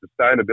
sustainability